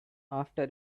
after